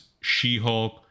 She-Hulk